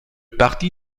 parti